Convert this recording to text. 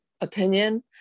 opinion